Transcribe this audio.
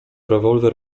rewolwer